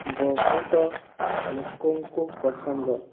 ବହୁତ ଲୋକଙ୍କୁ ପସନ୍ଦ